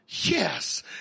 Yes